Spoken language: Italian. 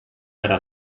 era